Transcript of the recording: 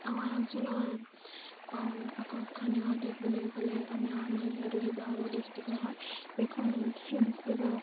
আমাৰ অঞ্চলৰ আকৰ্ষণীয় দিশ বুলি ক'লে আমি আমি যিহেতু শিৱসাগৰ ডিষ্ট্ৰিকৰ হয় এইখন সেই ডিষ্ট্ৰিকৰ